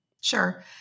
Sure